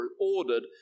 ordered